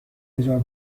هزار